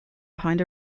behind